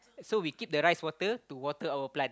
so we keep the rice water to water our plant